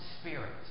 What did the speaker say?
spirit